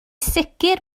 sicr